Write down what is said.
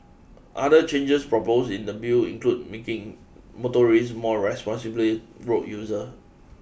other changes proposed in the Bill include making motorists more responsible road user